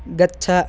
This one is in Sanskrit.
गच्छ